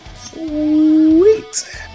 sweet